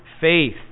faith